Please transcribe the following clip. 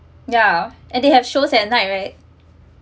ya and they have shows at night right mm